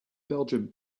belgium